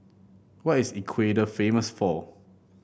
what is Ecuador famous for